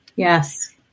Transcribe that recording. Yes